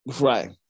Right